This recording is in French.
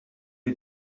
est